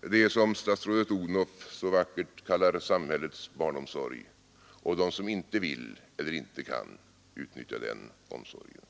det som statsrådet Odhnoff så vackert kallar samhällets barnomsorg och de som inte vill eller kan utnyttja den omsorgen.